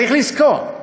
צריך לזכור: